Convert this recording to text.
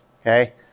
okay